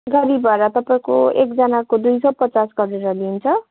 गाडी भाडा तपाईँको एकजनाको दुई सौ पचास गरेर लिन्छ